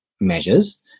measures